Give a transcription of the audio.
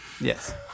Yes